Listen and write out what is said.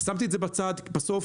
שמתי את זה בצד בסוף,